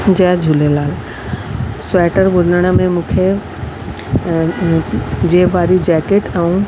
जय Jhulelal sweater बुनण में मूंखे जेब वारी जेकेट ऐं